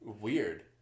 Weird